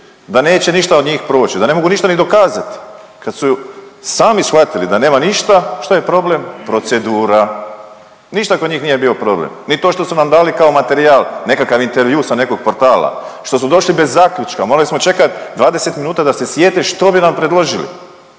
da neće ništa od njih proći, da ne mogu ništa ni dokazati, kad su sami shvatili da nema ništa, što je problem, procedura. Ništa kod njih nije bio problem, ni to što su nam dali kao materijal, nekakav intervjuu sa nekog portala, što su došli bez zaključka, morali smo čekat 20 minuta da se sjete što bi nam predložili,